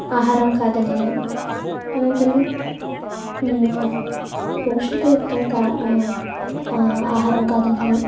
आहारं खादनीयम् अनन्तरं पौष्टिकयुक्तं का आहारं खादनीयम्